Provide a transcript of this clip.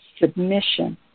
submission